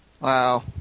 Wow